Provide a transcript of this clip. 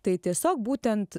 tai tiesiog būtent